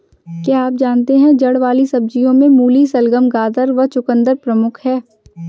क्या आप जानते है जड़ वाली सब्जियों में मूली, शलगम, गाजर व चकुंदर प्रमुख है?